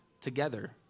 together